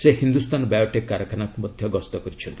ସେ ହିନ୍ଦୁସ୍ଥାନ ବାୟୋଟେକ୍ କାରଖାନାକୁ ମଧ୍ୟ ଗସ୍ତ କରିଛନ୍ତି